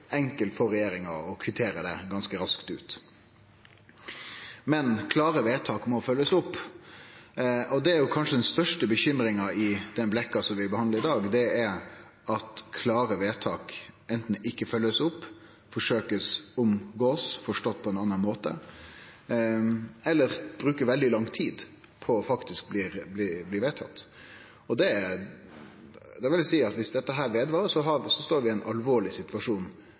enkelt for regjeringa å kvittere det ut ganske raskt. Men klare vedtak må følgjast opp, og den kanskje største bekymringa i den blekka vi behandlar i dag, er at klare vedtak anten ikkje blir følgde opp, blir forsøkte omgått eller forstått på ein annan måte, eller at det blir brukt veldig lang tid på faktisk å vedta dei. Om dette varer ved, står vi i ein alvorleg parlamentarisk situasjon